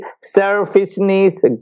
selfishness